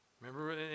Remember